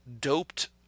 doped